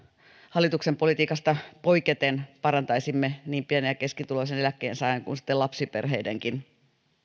hallituksen politiikasta poiketen parantaisimme niin pieni ja keskituloisen eläkkeensaajan kuin sitten lapsiperheidenkin